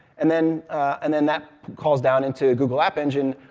and then and then that calls down into google app engine,